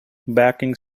backing